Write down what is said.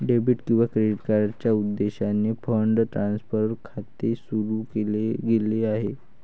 debit किंवा क्रेडिटच्या उद्देशाने फंड ट्रान्सफर खाते सुरू केले गेले आहे